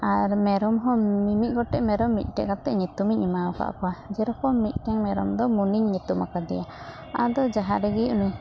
ᱟᱨ ᱢᱮᱨᱚᱢ ᱦᱚᱸ ᱢᱤᱢᱤᱫ ᱜᱚᱴᱮᱡ ᱢᱮᱨᱚᱢ ᱢᱤᱫᱴᱮᱡ ᱠᱟᱛᱮ ᱧᱩᱛᱩᱢᱤᱧ ᱮᱢᱟᱣᱟᱠᱟᱫ ᱠᱚᱣᱟ ᱡᱮᱨᱚᱠᱚᱢ ᱢᱤᱫᱴᱮᱱ ᱢᱮᱨᱚᱢ ᱫᱚ ᱢᱚᱱᱤᱭ ᱧᱩᱛᱩᱢ ᱟᱠᱟᱫᱮᱭᱟ ᱟᱫᱚ ᱡᱟᱦᱟᱸ ᱨᱮᱜᱮ ᱩᱱᱤ